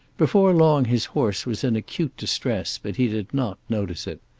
before long his horse was in acute distress, but he did not notice it.